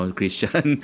Christian